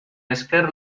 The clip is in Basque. esker